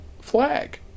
flag